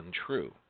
untrue